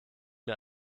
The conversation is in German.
mir